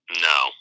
No